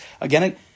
Again